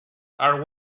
are